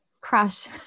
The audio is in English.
Crush